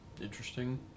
interesting